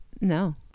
No